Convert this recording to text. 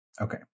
Okay